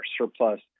surplus